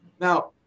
Now